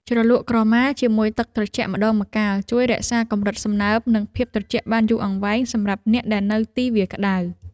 ជ្រលក់ក្រមាជាមួយទឹកត្រជាក់ម្តងម្កាលជួយរក្សាកម្រិតសំណើមនិងភាពត្រជាក់បានយូរអង្វែងសម្រាប់អ្នកដែលនៅទីវាលក្តៅ។